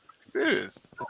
Serious